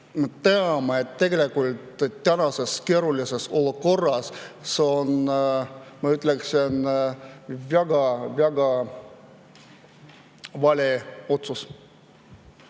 teame, et tegelikult tänases keerulises olukorras see on, ma ütleksin, väga vale otsus.